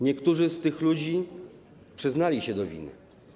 Niektórzy z tych ludzi przyznali się do winy.